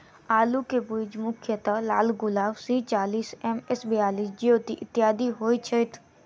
आलु केँ बीज मुख्यतः लालगुलाब, सी चालीस, एम.एस बयालिस, ज्योति, इत्यादि होए छैथ?